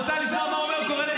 לא אכפת לנו, אתה צודק.